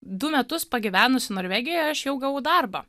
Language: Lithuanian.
du metus pagyvenusi norvegijoj aš jau gavau darbą